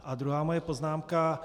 A druhá moje poznámka.